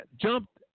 jumped